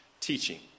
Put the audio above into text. teaching